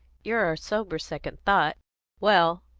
you're our sober second thought well,